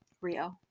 Rio